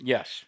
Yes